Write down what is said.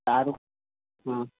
आओर हँ